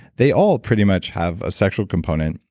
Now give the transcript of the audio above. they all pretty much have a sexual component.